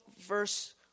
verse